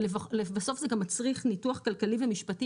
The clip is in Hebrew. ולבסוף זה גם מצריך ניתוח כלכלי ומשפטי